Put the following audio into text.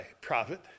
prophet